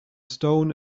stone